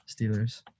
Steelers